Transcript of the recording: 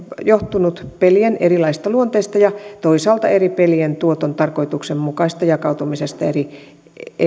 johtunut pelien erilaisista luonteista ja toisaalta eri pelien tuoton tarkoituksenmukaisesta jakautumisesta eri